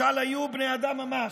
משל היו בני אדם ממש.